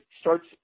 starts